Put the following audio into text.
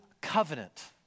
covenant